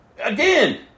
Again